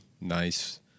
nice